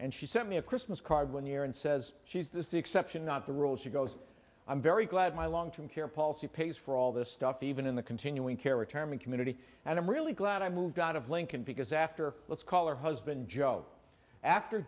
and she sent me a christmas card one year and says she's this the exception not the rule she goes i'm very glad my long term care policy pays for all this stuff even in the continuing care retirement community and i'm really glad i moved out of lincoln because after let's call her husband joe after